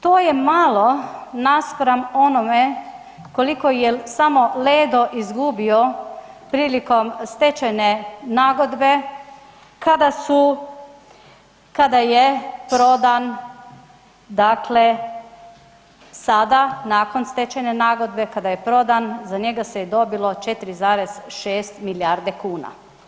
To je malo naspram onome koliko je samo Ledo izgubio prilikom stečajne nagodbe kada su, kada je prodan dakle sada nakon stečajne nagodbe za njega se je dobilo 4,6 milijarde kuna.